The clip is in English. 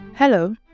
Hello